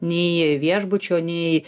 nei viešbučio nei